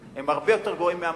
הם הרבה יותר גרועים מהמפלים.